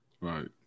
Right